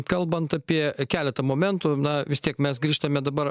kalbant apie keletą momentų na vis tiek mes grįžtame dabar